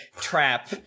trap